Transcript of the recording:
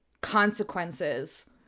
consequences